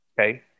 Okay